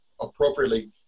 appropriately